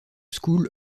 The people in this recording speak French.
school